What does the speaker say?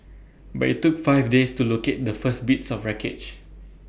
but IT took five days to locate the first bits of wreckage